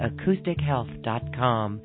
AcousticHealth.com